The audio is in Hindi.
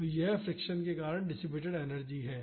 तो यह फ्रिक्शन के कारण डिसिपेटड एनर्जी है